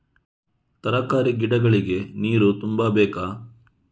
ತರಕಾರಿ ಗಿಡಗಳಿಗೆ ನೀರು ತುಂಬಬೇಕಾ?